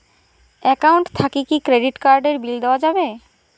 Account থাকি কি credit card এর বিল দেওয়া যাবে?